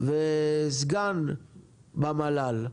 וסגן במל"ל,